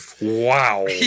Wow